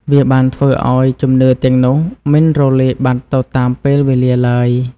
វាបានធ្វើឲ្យជំនឿទាំងនោះមិនរលាយបាត់ទៅតាមពេលវេលាឡើយ។